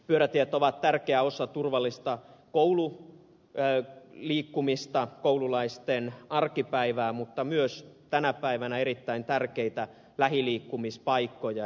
pyörätiet ovat tärkeä osa turvallista koululiikkumista koululaisten arkipäivää mutta ne ovat myös tänä päivänä erittäin tärkeitä lähiliikkumispaikkoja